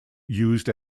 used